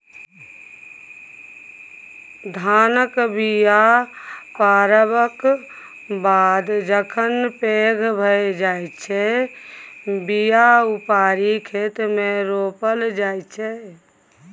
धानक बीया पारबक बाद जखन पैघ भए जाइ छै बीया उपारि खेतमे रोपल जाइ छै